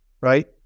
right